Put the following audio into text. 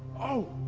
oh!